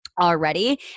already